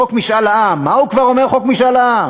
חוק משאל עם, מה כבר אומר חוק משאל עם?